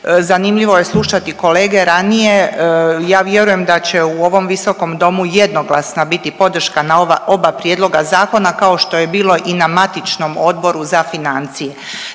Zanimljivo je slušati kolege ranije, ja vjerujem da će u ovom visokom domu jednoglasna biti podrška na ova oba prijedloga zakona kao što je bilo i na matičnom Odboru za financije.